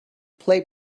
play